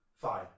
Fine